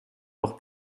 noch